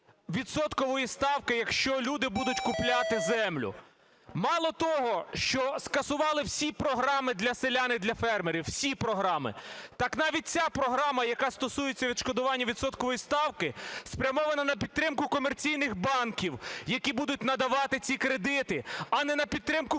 відсоткової ставки, якщо люди будуть купляти землю. Мало того, що скасували всі програми для селян і для фермерів – всі програми, так навіть ця програма, яка стосується відшкодування відсоткової ставки, спрямована на підтримку комерційних банки, які будуть надавати ці кредити, а не на підтримку